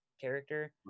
character